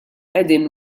qegħdin